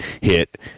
hit